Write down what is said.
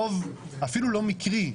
רוב אפילו לא מקרי,